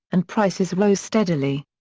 and prices rose steadily.